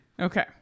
Okay